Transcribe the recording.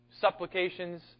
supplications